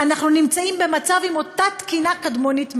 ואנחנו נמצאים עם אותה תקינה קדמונית מאז.